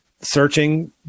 searching